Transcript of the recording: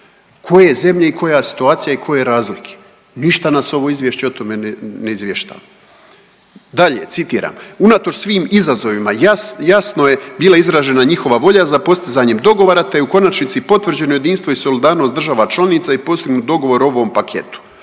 Koje zemlje i koja situacija i koje razlike? Ništa nas ovo izvješće o tome ne izvještava. Dalje citiram: „Unatoč svim izazovima jasno je bila izražena njihova volja za postizanjem dogovora te je u konačnici potvrđeno jedinstvo i solidarnost država članica i postignut dogovor o ovom paketu.